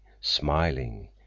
smiling